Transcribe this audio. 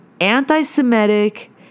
anti-semitic